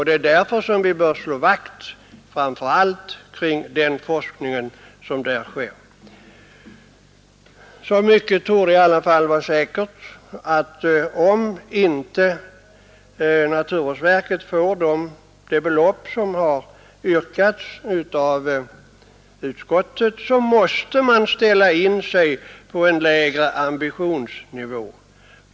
Det är därför som vi bör slå vakt framför allt kring den forskning som där sker. Så mycket torde vara säkert att om inte naturvårdsverket får det belopp som har yrkats av utskottet, måste man ställa in sig på en lägre ambitionsnivå.